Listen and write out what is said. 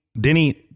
Denny